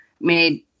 made